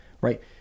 right